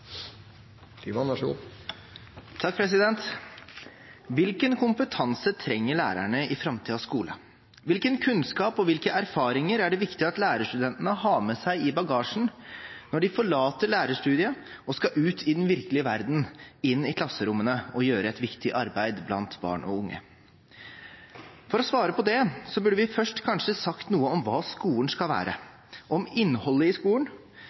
det viktig at lærerstudentene har med seg i bagasjen når de forlater lærerstudiet og skal ut i den virkelige verden og inn i klasserommene og gjøre et viktig arbeid blant barn og unge? For å svare på det burde vi først kanskje sagt noe om hva skolen skal være – om innholdet i skolen